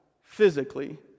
physically